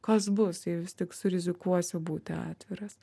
kas bus jei vis tik surizikuosiu būti atviras